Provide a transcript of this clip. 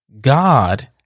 God